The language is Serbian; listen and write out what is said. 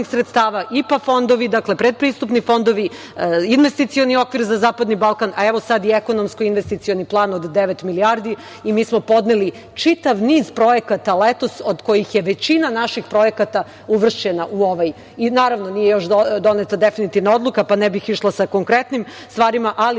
sredstava IPA fondovi, dakle, predpristupni fondovi, investicioni okvir za Zapadni Balkan, a evo sad i ekonomsko-investicioni plan od devet milijardi i mi smo podneli čitav niz projekata letos od kojih je većina naših projekata uvršćena u ovaj. Naravno, nije još doneta definitivna odluka, pa ne bih išla sa konkretnim stvarima, ali